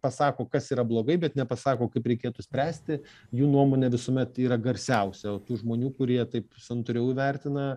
pasako kas yra blogai bet nepasako kaip reikėtų spręsti jų nuomonė visuomet yra garsiausia o tų žmonių kurie taip santūriau įvertina